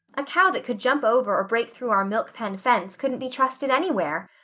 a cow that could jump over or break through our milk-pen fence couldn't be trusted anywhere.